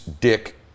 Dick